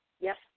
Yes